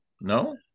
No